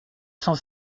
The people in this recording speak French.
cent